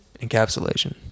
Encapsulation